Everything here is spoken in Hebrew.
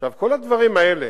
עכשיו, כל הדברים האלה,